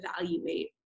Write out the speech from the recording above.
evaluate